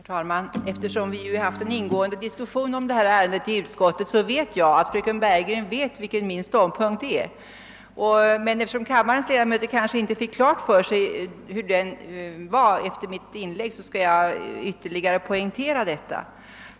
Herr talman! Eftersom vi ju haft en ingående diskussion i utskottet om detta ärende vet fröken Bergegren väl vilken min ståndpunkt är, men eftersom kammarens ledamöter kanske inte fick det klart för sig under mitt inlägg, skall jag ytterligare poängtera det.